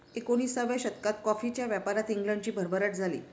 एकोणिसाव्या शतकात कॉफीच्या व्यापारात इंग्लंडची भरभराट झाली